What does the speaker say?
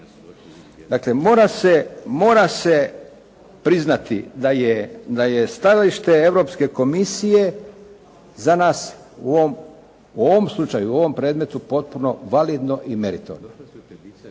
se, mora se priznati da je stajalište Europske komisije za nas u ovom slučaju, u ovom predmetu potpuno validno i meritorno.